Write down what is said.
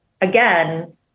again